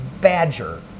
badger